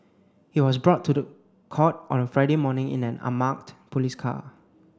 he was brought to the court on Friday morning in an unmarked police car